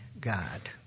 God